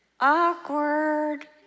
Awkward